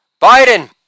Biden